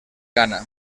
gana